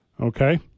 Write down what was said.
Okay